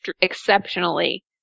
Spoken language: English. exceptionally